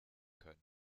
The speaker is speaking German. können